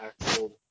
actual